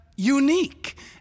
unique